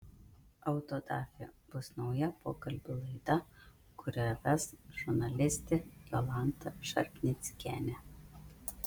autodafė bus nauja pokalbių laida kurią ves žurnalistė jolanta šarpnickienė